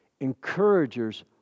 encouragers